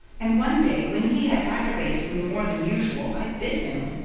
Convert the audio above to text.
and one day when he had aggravated me more than usual i bit him,